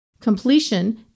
Completion